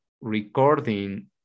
recording